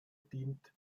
dient